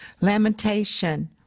lamentation